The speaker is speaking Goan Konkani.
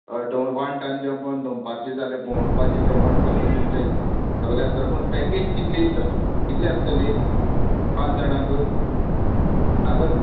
हय डान टायम जेवण दोनपारचें जाल्यार भोंवडोपाचें जेवण सगलें तुमचें सगलें आसतलें पूण पॅकेज कितली कितली आसतली पांच जाणांक आतांच